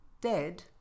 dead